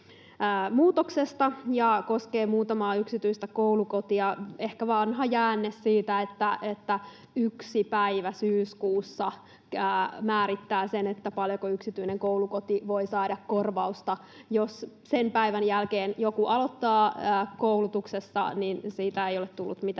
muutoksesta. Se koskee muutamaa yksityistä koulukotia, on ehkä vanha jäänne, että yksi päivä syyskuussa määrittää sen, paljonko yksityinen koulukoti voi saada korvausta. Jos sen päivän jälkeen joku aloittaa koulutuksessa, niin siitä ei ole tullut mitään